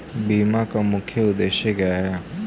बीमा का मुख्य उद्देश्य क्या है?